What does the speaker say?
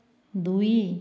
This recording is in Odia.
ଦୁଇ